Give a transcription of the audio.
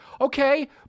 okay